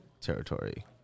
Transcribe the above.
territory